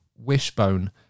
wishbone